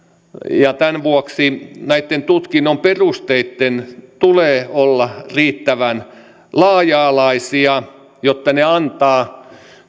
tämän vuoksi tutkinnon perusteitten tulee olla riittävän laaja alaisia jotta ne antavat